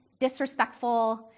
disrespectful